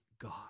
God